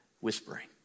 whispering